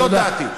זאת דעתי.